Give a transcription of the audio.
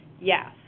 yes